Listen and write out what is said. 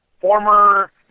former